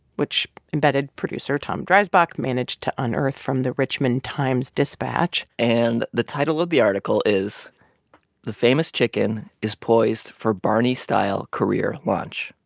which embedded producer tom dreisbach managed to unearth from the richmond times-dispatch and the title of the article is the famous chicken is poised for barney-style career launch.